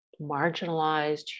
marginalized